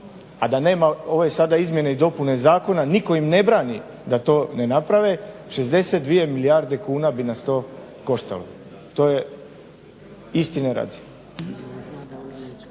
a da nema ove sada izmjene i dopune zakona nitko im ne brani da to ne naprave 62 milijarde kuna bi nas to koštalo. To je istine radi.